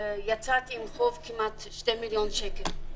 יצאתי עם חוב של כמעט 2 מיליון שקל.